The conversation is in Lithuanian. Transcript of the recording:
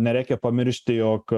nereikia pamiršti jog